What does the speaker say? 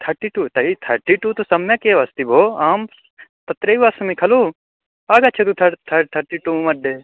thirty two टै thirty two तु सम्यकेव अस्ति भोः अहं तत्रैव अस्मि खलु आगच्छतु थर् थर् थर्टीटुमध्ये